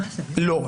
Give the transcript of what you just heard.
לא.